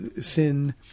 sin